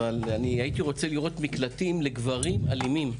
אבל אני הייתי רוצה לראות מקלטים לגברים אלימים.